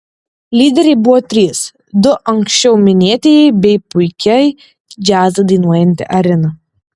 lyderiai buvo trys du anksčiau minėtieji bei puikiai džiazą dainuojanti arina